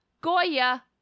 Goya